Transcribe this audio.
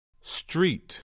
Street